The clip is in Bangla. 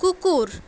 কুকুর